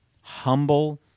Humble